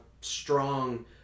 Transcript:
strong